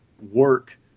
work